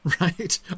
right